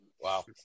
Wow